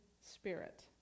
spirit